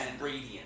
radiant